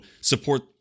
support